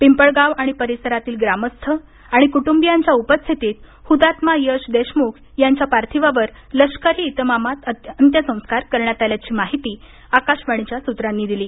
पिंपळगाव आणि परिसरातील ग्रामस्थ आणि कुटुंबियांच्या उपस्थितीत हुतात्मा यश देशमुख यांच्या पार्थिवावर लष्करी इतमामात अत्यंसंस्कार करण्यात आल्याची माहिती आकाशवाणीच्या सूत्रांनी दिली